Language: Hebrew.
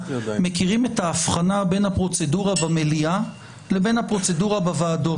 מכירים את ההבחנה בין הפרוצדורה במליאה לזו בוועדות.